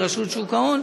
לרשות שוק ההון,